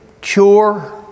cure